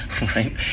right